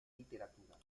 literatura